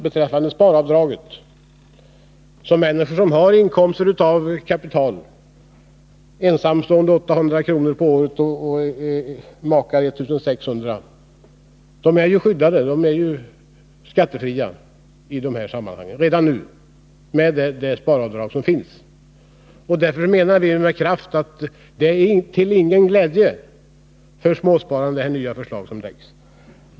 Beträffande sparavdraget är det så, Bo Siegbahn, att människor som har inkomster av kapital — ensamstående 800 kr. per år och makar 1 600 kr. — är skyddade. De här pengarna är ju skattefria redan nu med det sparavdrag som finns. Därför vill vi med kraft säga att det nya förslaget inte är till någon glädje för småspararna.